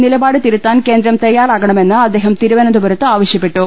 നിലപാട് തിരുത്താൻ കേന്ദ്രം തയാറാകണമെന്ന് അദ്ദേഹം തിരുവനന്തപു രത്ത് ആവശ്യപ്പെട്ടു